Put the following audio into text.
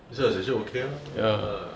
this kind of session okay ah ah